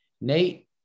Nate